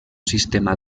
sistema